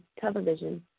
television